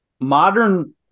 modern